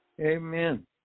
Amen